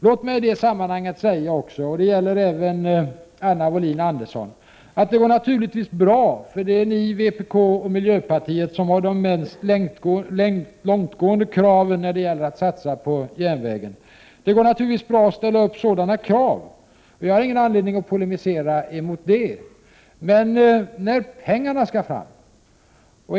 Låt mig i det sammanhanget säga, och det gäller även Anna Wohlin-Andersson, att det går naturligtvis bra att ställa sådana krav. Det är ju ni i centerpartiet och vpk och miljöpartiet som har de mest långtgående kraven när det gäller att satsa på järnvägen. Jag har ingen anledning att polemisera mot detta. Men pengarna skall fram!